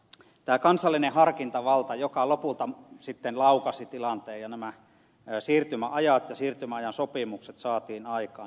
nimittäin kansallinen harkintavalta lopulta sitten laukaisi tilanteen ja nämä siirtymäajat ja siirtymäajan sopimukset saatiin aikaan